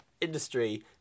industry